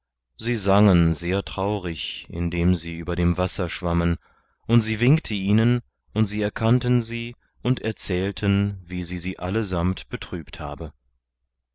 sie sangen sehr traurig indem sie über dem wasser schwammen und sie winkte ihnen und sie erkannten sie und erzählten wie sie sie allesamt betrübt habe